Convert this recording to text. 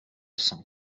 cent